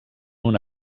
una